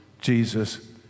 Jesus